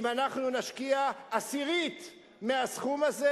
אם אנחנו נשקיע עשירית מהסכום הזה,